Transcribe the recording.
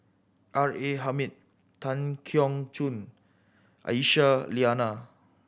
R A Hamid Tan Keong Choon Aisyah Lyana